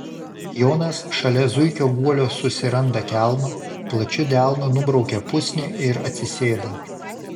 jonas šalia zuikio guolio susiranda kelmą plačiu delnu nubraukia pusnį ir atsisėda